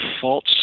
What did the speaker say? false